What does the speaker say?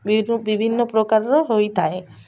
ବିଭିନ୍ନ ପ୍ରକାରର ହୋଇଥାଏ